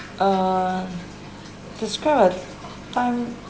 mm err describe a time